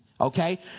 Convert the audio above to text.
Okay